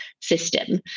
system